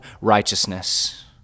righteousness